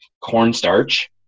cornstarch